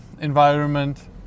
environment